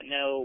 no